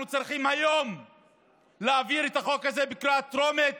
אנחנו צריכים להעביר את החוק הזה היום בקריאה טרומית